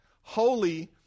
holy